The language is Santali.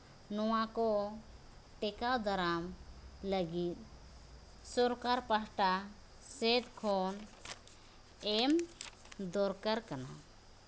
ᱱᱚᱣᱟ ᱠᱚ ᱴᱮᱠᱟᱣ ᱫᱟᱨᱟᱢ ᱞᱟᱹᱜᱤᱫ ᱥᱚᱨᱠᱟᱨ ᱯᱟᱦᱴᱟ ᱥᱮᱫ ᱠᱷᱚᱱ ᱮᱢ ᱫᱚᱨᱠᱟᱨ ᱠᱟᱱᱟ